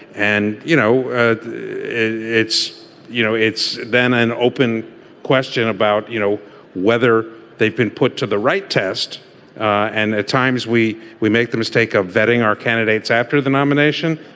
and you know ah it's you know it's been an open question about you know whether they've been put to the right test and at times we we make the mistake of vetting our candidates after the nomination.